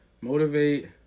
Motivate